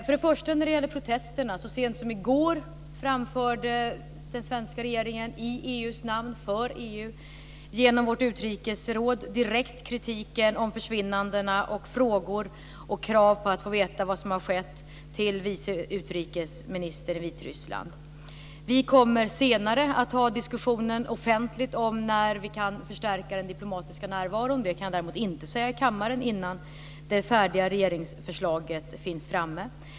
När det gäller protesterna vill jag säga att den svenska regeringen så sent som i går i EU:s namn och för EU genom utrikesrådet direkt framförde kritik när det gäller försvinnandena och frågor och krav på att få veta vad som har skett till vice utrikesministern i Vitryssland. Vi kommer senare att hålla en offentlig diskussion om när vi kan förstärka den diplomatiska närvaron. Det kan jag däremot inte säga i kammaren innan det färdiga regeringsförslaget finns framme.